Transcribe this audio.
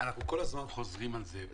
אנחנו כל הזמן חוזרים על זה.